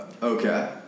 okay